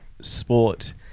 sport